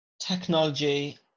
Technology